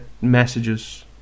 messages